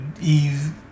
Eve